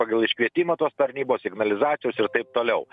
pagal iškvietimą tos tarnybos signalizacijos ir taip toliau